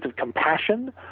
and compassion,